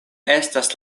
estas